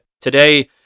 today